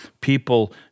people